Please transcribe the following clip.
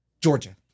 Georgia